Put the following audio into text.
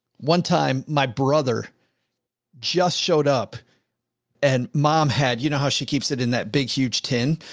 one time, my brother just showed up and mom had, you know, how she keeps it in that big, huge tin.